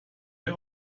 wir